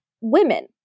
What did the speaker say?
women